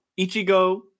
Ichigo